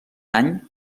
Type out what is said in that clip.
any